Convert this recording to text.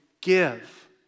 give